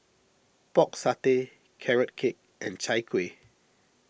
Pork Satay Carrot Cake and Chai Kuih